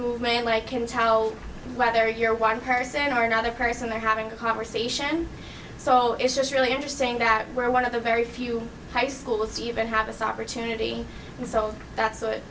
movement like can tell whether you're one person or another person they're having a conversation so it's just really interesting that where one of the very few high schools even have this opportunity and so that's what